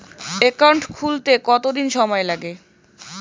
Account খুলতে কতদিন সময় লাগে?